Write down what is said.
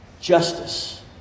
Justice